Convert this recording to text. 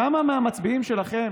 כמה מהמצביעים שלכם